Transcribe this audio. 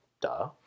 duh